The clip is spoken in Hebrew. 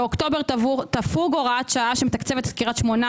באוקטובר תפוג הוראת שעה שמתקצבת את קריית שמונה